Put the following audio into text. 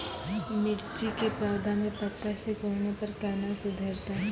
मिर्ची के पौघा मे पत्ता सिकुड़ने पर कैना सुधरतै?